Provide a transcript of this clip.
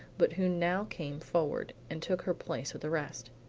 but who now came forward and took her place with the rest,